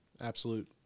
absolute